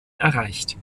erreicht